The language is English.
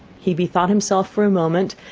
he bethought himself for a moment,